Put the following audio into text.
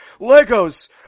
Legos